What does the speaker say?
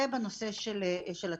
זה בנושא של התמותה.